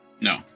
No